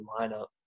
lineup